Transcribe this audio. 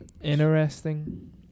interesting